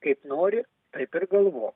kaip nori taip ir galvok